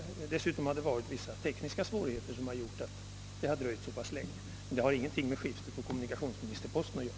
Dessutom har vissa tekniska svårigheter gjort att det dröjt så pass länge, men det har ingenting med skiftet på kommunikationsministerposten att göra.